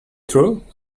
through